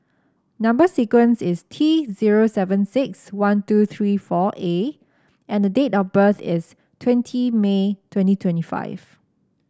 number sequence is T zero seven six one two three four A and the date of birth is twenty May twenty twenty five